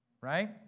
Right